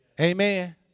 Amen